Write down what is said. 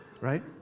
Right